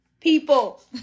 people